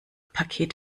paket